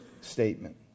statement